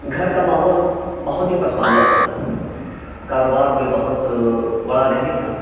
گھر کا ماحول بہت ہی پسماندہ تھا کاروبار کوئی بہت بڑا نہیں تھا